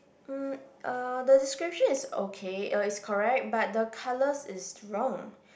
mm uh the description is okay uh it's correct but the colours is wrong